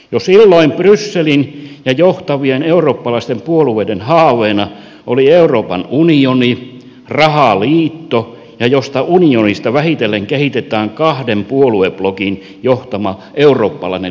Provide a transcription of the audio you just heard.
jo silloin brysselin ja johtavien eurooppalaisten puolueiden haaveena oli euroopan unioni rahaliitto josta unionista vähitellen kehitetään kahden puolueblokin johtama eurooppalainen liittovaltio